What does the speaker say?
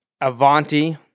Avanti